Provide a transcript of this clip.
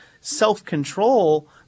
self-control